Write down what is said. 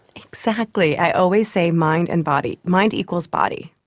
exactly, i always say mind and body, mind equals body.